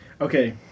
Okay